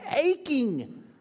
aching